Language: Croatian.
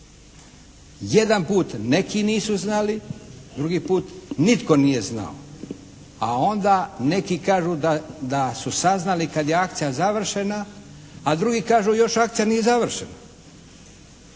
Jedanput neki nisu znali, drugi put nitko nije znao, a onda neki kažu da su saznali kad je akcija završena, a drugi kažu još akcija nije završena.